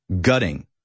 gutting